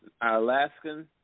Alaskan